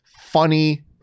funny